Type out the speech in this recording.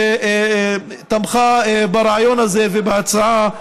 שתמכה ברעיון הזה ובהצעה,